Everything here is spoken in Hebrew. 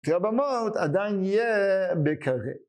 כשאבא מות עדיין יהיה בקרי.